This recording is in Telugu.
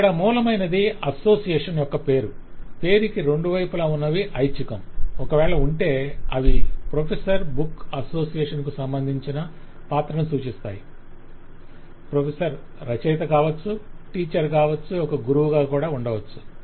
ఇక్కడ మూలమైనది అసోసియేషన్ యొక్క పేరు పేరుకి రెండు వైపులా ఉన్నవి ఐచ్ఛికం ఒకవేళ ఉంటే అవి ప్రొఫెసర్ బుక్ అసోసియేషన్ కు సంబధించిన పాత్రని సూచిస్తాయి - ప్రొఫెసర్ రచయిత కావచ్చు టీచర్ కావచ్చు ఒక గురువుగా ఉండవచ్చు